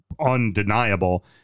undeniable